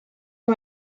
ont